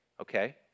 okay